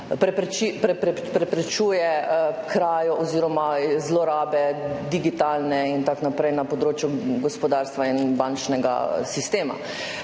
preprečuje krajo oziroma zlorabe digitalne [identitete] in tako naprej na področju gospodarstva in bančnega sistema.